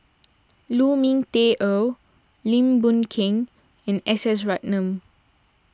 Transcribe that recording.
Lu Ming Teh Earl Lim Boon Keng and S S Ratnam